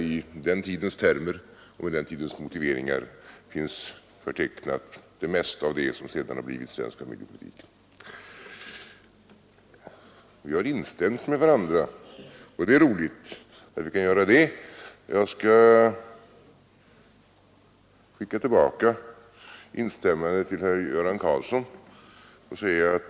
I den tidens termer och i den tidens motiveringar finns där förtecknat det mesta av det som sedan har blivit svensk familjepolitik. Vi har instämt med varandra, och det är roligt när vi kan göra det. Jag skall skicka tillbaka instämmandet till herr Göran Karlsson.